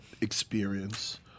experience